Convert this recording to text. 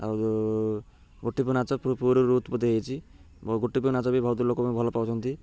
ଆଉ ଗୋଟିପୁଅ ନାଚ ପୁଅରୁ ଉତ୍ପତି ହୋଇଛି ଗୋଟିପୁଅ ନାଚ ବି ବହୁତ ଲୋକ ବି ଭଲ ପାଉଛନ୍ତି